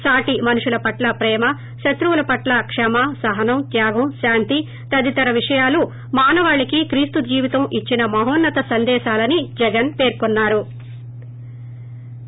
సాటి మనుషుల పట్ల ప్రేమ శత్రువుల పట్ల క్షమ సహనం త్యాగం కాంతి తదితర విషయాలు మానవాళికి క్రీస్తు జీవితం ఇచ్చిన మహోన్న త సందేశాలని జగన్ అన్నా రు